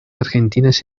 argentinas